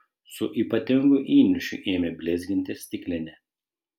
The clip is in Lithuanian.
su ypatingu įniršiu ėmė blizginti stiklinę